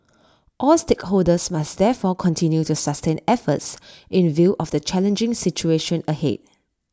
all stakeholders must therefore continue to sustain efforts in view of the challenging situation ahead